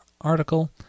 article